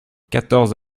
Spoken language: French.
quatorze